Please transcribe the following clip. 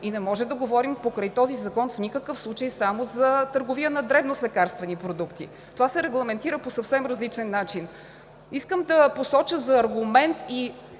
и не може да говорим покрай този закон в никакъв случай само за търговия на дребно с лекарствени продукти. Това се регламентира по съвсем различен начин. Искам да посоча като аргумент